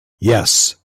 yes